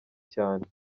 cyane